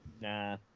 Nah